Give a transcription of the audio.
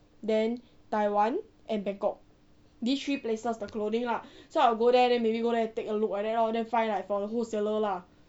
then taiwan and bangkok these three places the clothing lah so I'll go there then maybe go there to take a look like that lor then find for the wholesaler lah